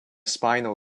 spinal